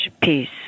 Peace